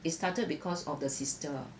it started because of the sister uh